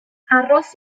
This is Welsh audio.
aros